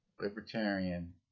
Libertarian